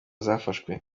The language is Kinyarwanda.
zafashwe